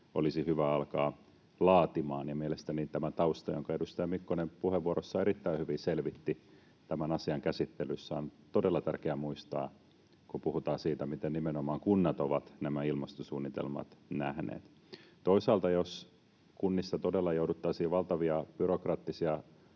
olisi hyvä alkaa laatimaan. Ja mielestäni tämä tausta, jonka edustaja Mikkonen puheenvuorossaan tämän asian käsittelyssä erittäin hyvin selvitti, on todella tärkeä muistaa, kun puhutaan siitä, miten nimenomaan kunnat ovat nämä ilmastosuunnitelmat nähneet. Toisaalta, jos kunnissa todella jouduttaisiin valtavia byrokraattisia